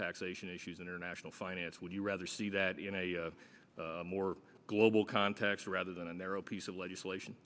taxation issues international finance would you rather see that in a more global context rather than a narrow piece of legislation